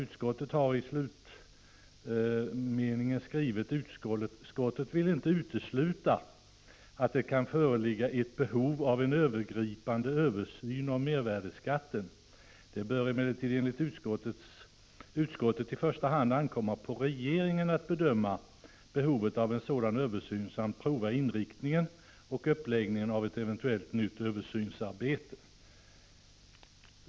Utskottet säger nämligen i slutet av sin skrivning: ”Utskottet vill inte utesluta att det kan föreligga ett behov av en övergripande översyn av mervärdeskatten. Det bör emellertid enligt utskottet i första hand ankomma på regeringen att bedöma behovet av en sådan översyn samt pröva inriktningen och uppläggningen av ett eventuellt nytt översynsarbete.